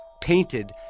painted